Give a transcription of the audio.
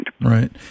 Right